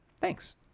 Thanks